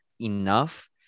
enough